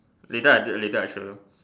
later I tell you later I show you